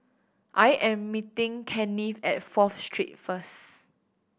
I am meeting Kennith at Fourth Street first